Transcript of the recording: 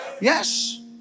Yes